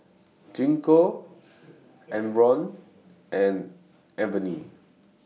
Gingko Enervon and Avene